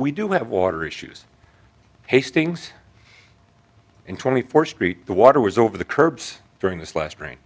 we do have water issues hastings in twenty four st the water was over the curbs during this last rain